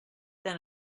then